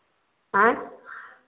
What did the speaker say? आँय